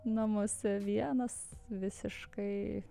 namuose vienas visiškai